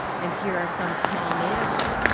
and here are some small nails.